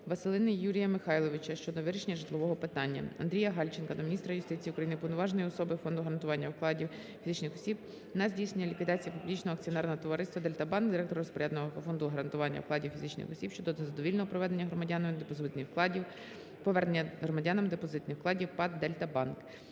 Василини Юрія Михайловича щодо вирішення житлового питання. Андрія Гальченка до міністра юстиції України, Уповноваженої особи Фонду гарантування вкладів фізичних осіб на здійснення ліквідації Публічного Акціонерного Товариства "ДЕЛЬТА БАНК", Директора – розпорядника Фонду гарантування вкладів фізичних осіб щодо незадовільного повернення громадянам депозитних вкладів ПАТ "Дельта Банк".